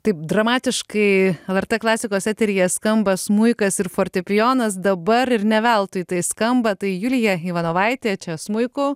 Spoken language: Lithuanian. taip dramatiškai lrt klasikos eteryje skamba smuikas ir fortepijonas dabar ir ne veltui tai skamba tai julija ivanovaitė čia smuiku